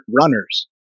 runners